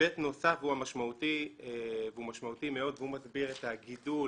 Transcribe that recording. היבט נוסף והוא משמעותי מאוד הוא מסביר את הגידול